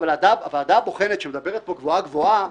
אבל הוועדה הבוחנת שמדברת פה גבוהה גבוהה,